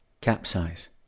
Capsize